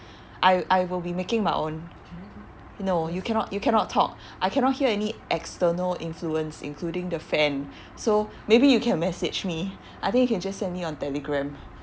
I I will be making my own no you cannot you cannot talk I cannot hear any external influence including the fan so maybe you can message me I think you can just send me on telegram